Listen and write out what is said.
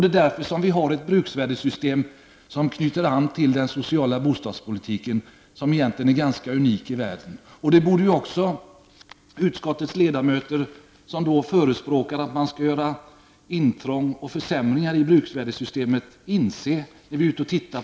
Det är därför vi har ett bruksvärdessystem som knyter an till den sociala bostadspolitiken, som egentligen är ganska unik i världen. När vi är ute och studerar andra länder borde också de av utskottets ledamöter som förespråkar att det skall ske intrång och försämringar i bruksvärdessystemet, inse detta.